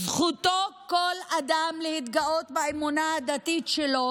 זכותו של כל אדם להתגאות באמונה הדתית שלו